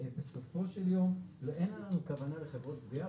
בסופו של יום אין לנו כוונה לחברות גבייה,